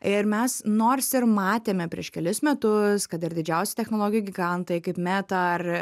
ir mes nors ir matėme prieš kelis metus kad ir didžiausi technologijų gigantai kaip meta ar